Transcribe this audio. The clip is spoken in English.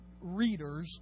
readers